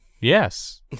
Yes